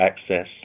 access